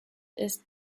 ist